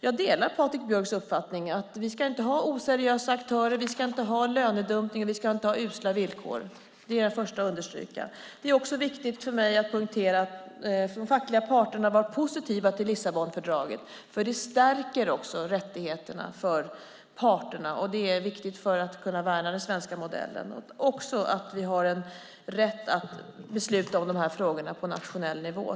Jag delar Patrik Björcks uppfattning att vi inte ska ha oseriösa aktörer, att vi inte ska ha lönedumpning, att vi inte ska ha usla villkor. Det är jag den första att understryka. Det är också viktigt att poängtera att de fackliga parterna var positiva till Lissabonfördraget, för det stärker rättigheterna för parterna. Det är viktigt för att kunna värna den svenska modellen. Och det är viktigt att kunna besluta om dessa frågor på nationell nivå.